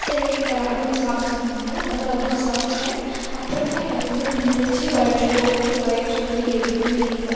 சரின்னு அதுவும் சாப்பிட சொன்னாங்க அதனால் அதுவும் சாப்பிட்டேன் அப்புறமாக எனக்கு வந்து நின்றுடுச்சி வயிற்றுப்போக்கு வயிற்றுவலி எதுவுமே இல்லை